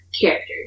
characters